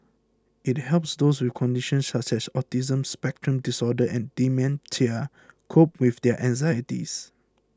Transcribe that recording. it helps those with conditions such as autism spectrum disorder and dementia cope with their anxieties